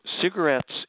Cigarettes